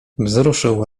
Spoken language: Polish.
wzruszył